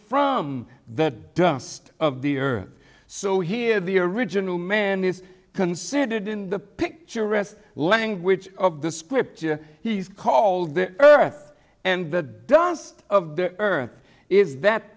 from the dust of the earth so here the original man is considered in the picture rest language of the scripture he's called the earth and the dust of the earth is that